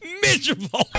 Miserable